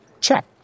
check